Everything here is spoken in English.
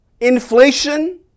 inflation